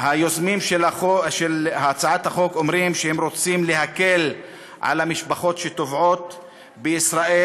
היוזמים של הצעת החוק אומרים שהם רוצים להקל על המשפחות שתובעות בישראל,